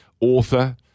author